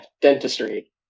dentistry